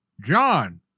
john